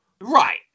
Right